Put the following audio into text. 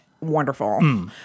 wonderful